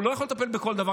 הוא לא יכול לטפל בכל דבר,